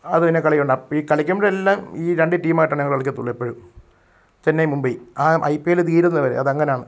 അത് പിന്നെ കളിയുണ്ടാകും അപ്പം ഈ കളിക്കുമ്പോഴേല്ലാം ഈ രണ്ടു ടീമായിട്ടാണ് ഞങ്ങൾ കളിക്കത്തുള്ളൂ എപ്പോഴും ചെന്നൈ മുംബൈ ആ ഐ പി എൽ തീരുന്നത് വരെ അതങ്ങനെയാണ്